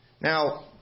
Now